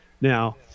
Now